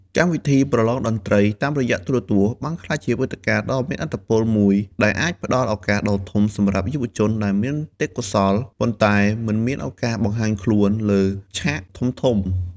កម្មវិធីប្រលងតន្ត្រីតាមទូរទស្សន៍បានក្លាយជាវេទិកាដ៏មានឥទ្ធិពលមួយដែលអាចផ្តល់ឱកាសដ៏ធំសម្រាប់យុវជនដែលមានទេពកោសល្យតន្ត្រីប៉ុន្តែមិនមានឱកាសបង្ហាញខ្លួននៅលើឆាកធំៗ។